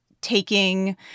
taking